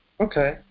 Okay